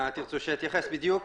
מה תרצו שאתייחס בדיוק?